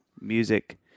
Music